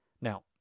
Now